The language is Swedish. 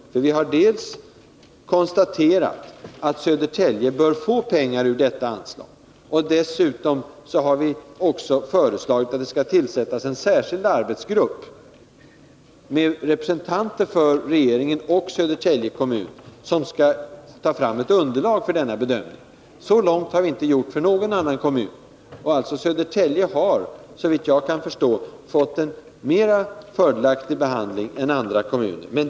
Vi har nämligen dels konstaterat att Södertälje bör få pengar ur detta anslag, dels föreslagit att det skall tillsättas en särskild arbetsgrupp med representanter för regeringen och Södertälje kommun, som skall ta fram ett underlag för denna bedömning. Så långt har vi inte gått för någon annan kommun, och Södertälje har alltså — såvitt jag kan förstå — fått en mer fördelaktig behandling än andra kommuner.